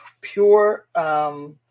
Pure